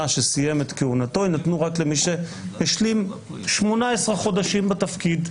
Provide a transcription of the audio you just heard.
שסיים כהונתו יינתנו רק למי שהשלים 18 חודשים בתפקיד.